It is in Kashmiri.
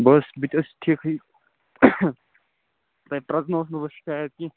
بہٕ حظ چھُس بہٕ تہِ حظ چھُس ٹھیٖکٕے تۄہہِ پرزٕنووس نہٕ بہٕ شایِد کیٚنہہ